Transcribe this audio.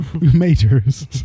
majors